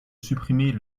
supprimer